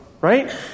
right